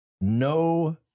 No